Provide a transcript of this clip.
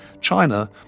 China